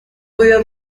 podía